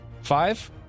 five